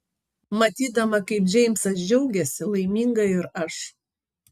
matydama kaip džeimsas džiaugiasi laiminga ir aš